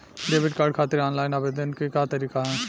Debit card खातिर online आवेदन के का तरीकि ह?